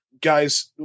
Guys